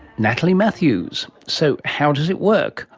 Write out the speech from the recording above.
natalie matthews. so how does it work?